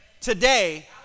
Today